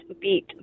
beat